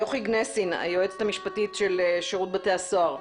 יוכי גנסין, היועצת המשפטית של שירות בתי הסוהר.